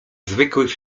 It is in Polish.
zwykłych